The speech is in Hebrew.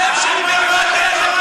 השם שכובש.